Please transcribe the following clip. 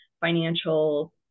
financial